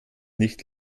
nicht